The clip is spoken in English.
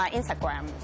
Instagram